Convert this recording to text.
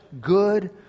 good